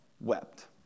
wept